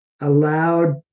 allowed